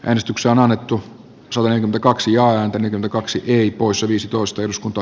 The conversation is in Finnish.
äänestyksen alettu suhonen kaksi ääntä kaksi kihi t poissa viisitoista eduskunta